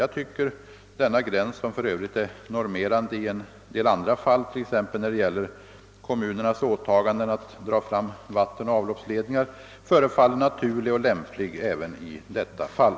Jag tycker denna gräns — som för övrigt är normerande i en del andra fall, t.ex. när det gäller kommunernas åtaganden att dra fram vattenoch avloppsledningar — förefaller naturlig och lämplig även i detta fall.